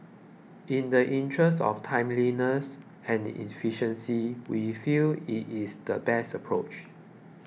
in the interest of timeliness and efficiency we feel it is the best approach